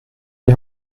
die